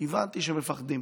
הבנתי שהם מפחדים.